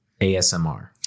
ASMR